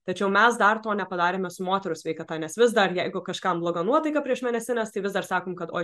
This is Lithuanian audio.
tačiau mes dar to nepadarėme su moterų sveikata nes vis dar jeigu kažkam bloga nuotaika prieš mėnesines tai vis dar sakom kad oi